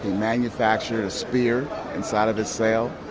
manufactured a spear inside of his cell,